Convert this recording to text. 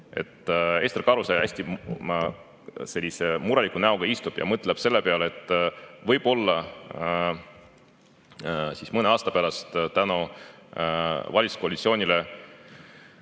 Ester Karuse hästi sellise mureliku näoga istub ja mõtleb selle peale, et võib‑olla mõne aasta pärast ei kannata valitsuskoalitsiooni